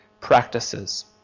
practices